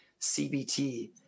CBT